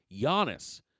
Giannis